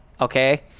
Okay